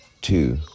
two